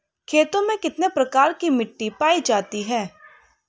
खेतों में कितने प्रकार की मिटी पायी जाती हैं?